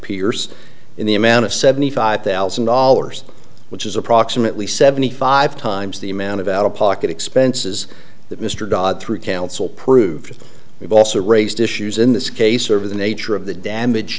in the amount of seventy five thousand dollars which is approximately seventy five times the amount of out of pocket expenses that mr dodd through counsel prove we've also raised issues in this case over the nature of the damage